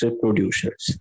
producers